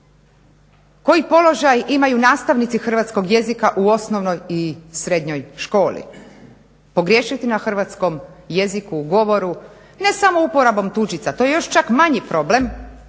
Koji položaj imaju nastavnici hrvatskog jezika u osnovnoj i srednjoj školi? Pogriješiti na hrvatskom jeziku u govoru ne samo uporabom tuđica, to je još čak manji problem,